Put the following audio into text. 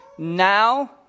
Now